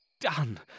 done